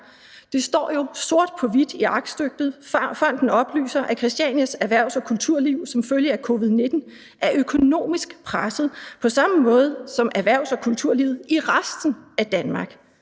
Det står jo sort på hvidt i aktstykket: »Fonden oplyser, at Christianias erhvervs- og kulturliv som følge af COVID-19 er økonomisk presset på samme måde som erhvervs- og kulturlivet i resten af Danmark.